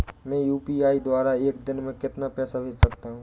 मैं यू.पी.आई द्वारा एक दिन में कितना पैसा भेज सकता हूँ?